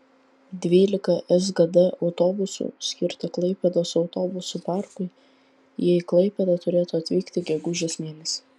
dvylika sgd autobusų skirta klaipėdos autobusų parkui jie į klaipėdą turėtų atvykti gegužės mėnesį